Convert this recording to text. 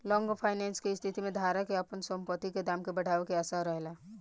long finance के स्थिति में धारक के आपन संपत्ति के दाम के बढ़ावे के आशा रहेला